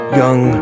young